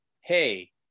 Hey